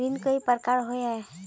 ऋण कई प्रकार होए है?